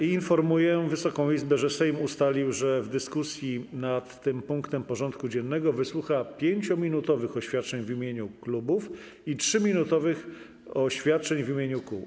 Informuję Wysoką Izbę, że Sejm ustalił, że w dyskusji nad tym punktem porządku dziennego wysłucha 5-minutowych oświadczeń w imieniu klubów i 3-minutowych oświadczeń w imieniu kół.